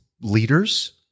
leaders